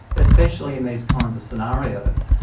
especially in these kinds of scenarios,